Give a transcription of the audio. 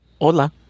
Hola